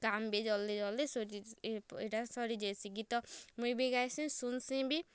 କାମ୍ ବି ଜଲ୍ଦି ଜଲ୍ଦି ସୁଜି ଏଟା ସରି ଯାଏସି ଗୀତ ମୁଇଁ ବି ଗାଇସି୍ ଶୁନ୍ସି ବି